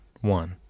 one